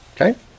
Okay